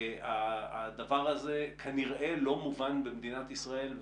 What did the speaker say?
הדבר הזה כנראה לא מובן במדינת ישראל.